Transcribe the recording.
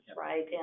right